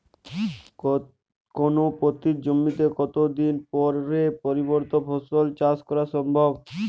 কোনো পতিত জমিতে কত দিন পরে পরবর্তী ফসল চাষ করা সম্ভব?